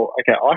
okay